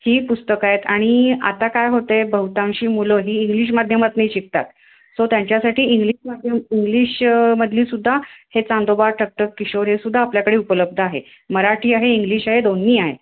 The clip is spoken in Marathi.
ही पुस्तकं आहेत आणि आता काय होत आहे बहुतांशी मुलं ही इंग्लिश माध्यमातून शिकतात सो त्यांच्यासाठी इंग्लिश माध्यम इंग्लिशमधली सुद्धा हे चांदोबा ठकठक किशोर हेसुद्धा आपल्याकडे उपलब्ध आहे मराठी आहे इंग्लिश आहे दोन्ही आहे